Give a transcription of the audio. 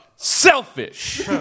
Selfish